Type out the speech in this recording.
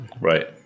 Right